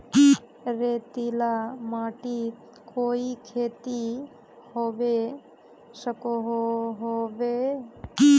रेतीला माटित कोई खेती होबे सकोहो होबे?